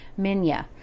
Minya